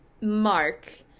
mark